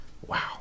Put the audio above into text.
wow